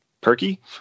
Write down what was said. perky